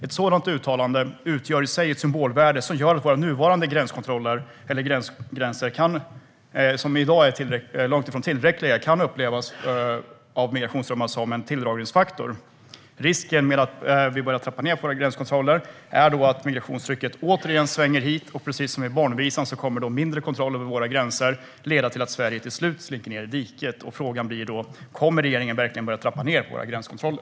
Ett sådant uttalande utgör i sig ett symbolvärde som gör att våra nuvarande gränskontroller, som i dag är långt ifrån tillräckliga, kan upplevas som en tilldragningsfaktor för migrationsströmmar. Risken med att vi börjar trappa ned på våra gränskontroller är att migrationstrycket återigen svänger hit, och precis som i barnvisan kommer mindre kontroll över våra gränser att leda till att Sverige till slut slinker ned i diket. Kommer regeringen verkligen att börja trappa ned på våra gränskontroller?